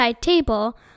table